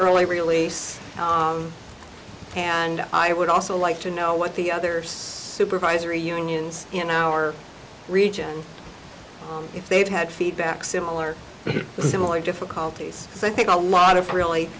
early release and i would also like to know what the others supervisory unions in our region if they've had feedback similar to similar difficulties so i think a lot of really